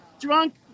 drunk